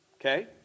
okay